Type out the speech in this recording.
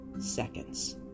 seconds